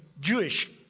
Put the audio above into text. Jewish